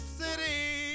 city